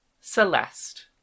Celeste